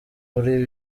kuri